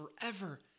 forever